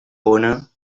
bona